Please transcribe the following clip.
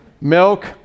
milk